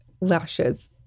lashes